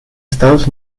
estados